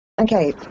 Okay